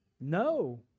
No